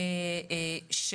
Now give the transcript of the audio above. נניח